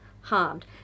harmed